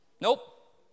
Nope